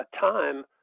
time